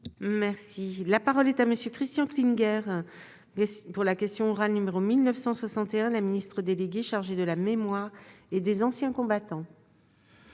Merci, la parole est à monsieur Christian Klinger pour la question orale numéro 1961 la ministre déléguée chargée de la mémoire et des anciens combattants.